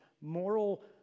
moral